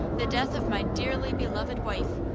the death of my dearly beloved wife,